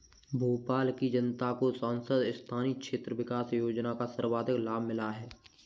भोपाल की जनता को सांसद स्थानीय क्षेत्र विकास योजना का सर्वाधिक लाभ मिला है